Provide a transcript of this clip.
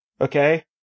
Okay